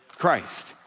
Christ